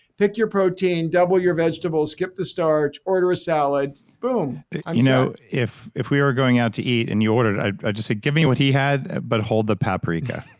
pick your protein, double your vegetables, skip the starch order a salad, boom. i'm set you know if if we were going out to eat and you ordered, i'd just say give me what he had but hold the paprika